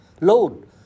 load